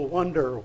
wonder